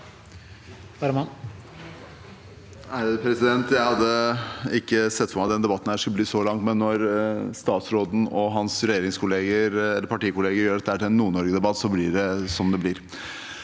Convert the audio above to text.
Jeg hadde ikke sett for meg at denne debatten skulle bli så lang, men når statsråden og hans partikollegaer gjør dette til en Nord-Norge-debatt, blir det som det blir.